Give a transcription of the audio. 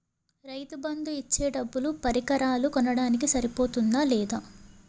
రైతు బందు ఇచ్చే డబ్బులు పరికరాలు కొనడానికి సరిపోతుందా లేదా?